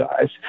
guys